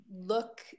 look